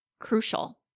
crucial